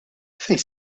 fejn